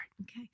Okay